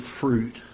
fruit